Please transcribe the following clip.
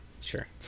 sure